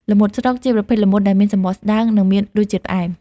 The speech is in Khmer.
ល្មុតស្រុក ជាប្រភេទល្មុតដែលមានសំបកស្តើង និងមានរសជាតិផ្អែម។